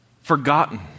forgotten